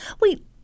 Wait